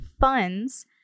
funds